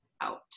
out